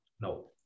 No